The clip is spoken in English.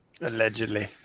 allegedly